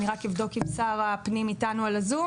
אני רק אבדוק אם שר הפנים איתנו על הזום.